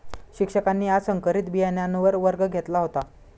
शिक्षकांनी आज संकरित बियाणांवर वर्ग घेतला होता